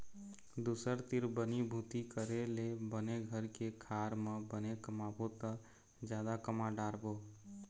दूसर तीर बनी भूती करे ले बने घर के खार म बने कमाबो त जादा कमा डारबो